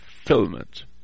fulfillment